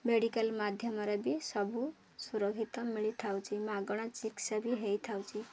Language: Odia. ମେଡ଼ିକାଲ୍ ମାଧ୍ୟମରେ ବି ସବୁ ସୁରକ୍ଷିତ ମିଳିଥାଉଛି ମାଗଣା ଚିକିତ୍ସା ବି ହୋଇଥାଉଛି